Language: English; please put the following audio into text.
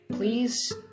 please